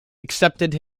accepted